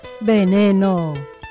Veneno